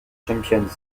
champions